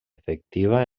efectiva